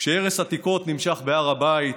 כשהרס עתיקות נמשך בהר הבית?